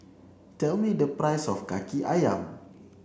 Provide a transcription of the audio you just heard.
tell me the price of Kaki Ayam